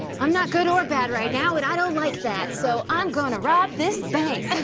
i'm not good or bad right now and i don't like that so i'm gonna rob this bank.